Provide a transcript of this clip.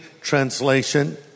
Translation